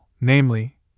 namely